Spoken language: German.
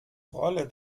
rolle